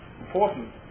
important